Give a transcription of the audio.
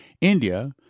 India